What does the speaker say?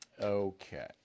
Okay